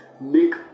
make